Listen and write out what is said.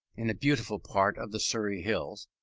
in a beautiful part of the surrey hills,